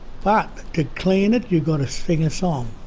but to clean it you've got to sing a song,